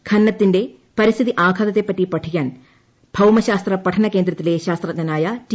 ഖനനത്തിന്റെ പരി സ്ഥിതി ആഘാതത്തെപ്പറ്റി പഠിക്കാൻ ഭൌമശാസ്ത്ര പഠന കേന്ദ്രത്തിലെ ശാസ്ത്രജ്ഞനായ റ്റി